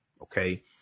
Okay